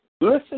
listen